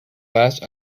last